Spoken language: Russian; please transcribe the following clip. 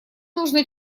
нужно